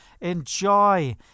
enjoy